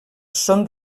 són